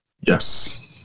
Yes